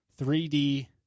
3D